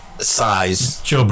Size